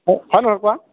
হয় হয় নহয় কোৱা